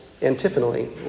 antiphonally